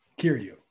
Kiryu